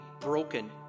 broken